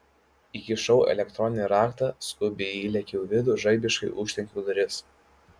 įkišau elektroninį raktą skubiai įlėkiau į vidų žaibiškai užtrenkiau duris